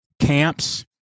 Camps